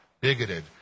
bigoted